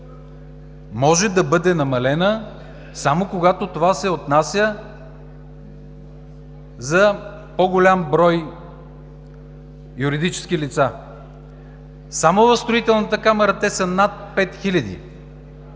може да бъде намалена само когато това се отнася за по-голям брой юридически лица. Само в Строителната камара те са над 5000